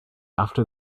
after